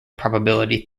probability